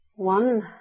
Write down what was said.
One